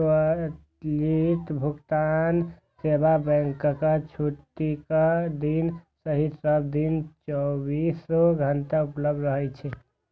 त्वरित भुगतान सेवा बैंकक छुट्टीक दिन सहित सब दिन चौबीसो घंटा उपलब्ध रहै छै